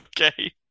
Okay